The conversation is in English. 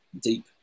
deep